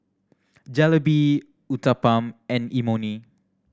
Jalebi Uthapam and Imoni